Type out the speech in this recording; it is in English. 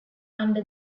under